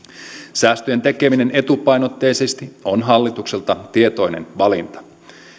säästöjen tekeminen etupainotteisesti on hallitukselta tietoinen valinta